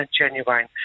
genuine